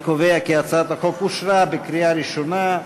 אני קובע שהצעת החוק אושרה בקריאה ראשונה,